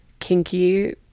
kinky